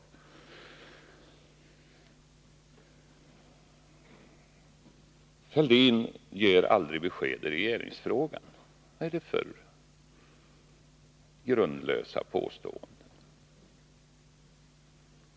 ”Thorbjörn Fälldin ger aldrig besked i regeringsfrågan.” Vad är det för grundlösa påståenden?